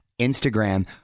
Instagram